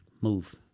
move